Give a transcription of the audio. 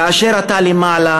כאשר אתה למעלה,